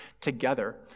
together